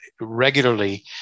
regularly